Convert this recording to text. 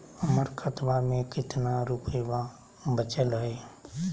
हमर खतवा मे कितना रूपयवा बचल हई?